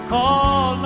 Call